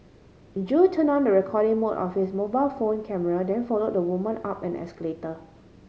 Jo turned on the recording mode of his mobile phone camera then follow the woman up an escalator